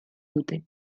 dute